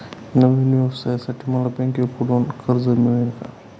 नवीन व्यवसायासाठी मला बँकेकडून कर्ज मिळेल का?